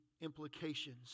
implications